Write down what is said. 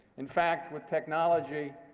in fact, with technology,